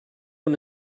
one